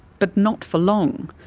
but not for long.